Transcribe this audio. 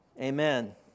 amen